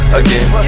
again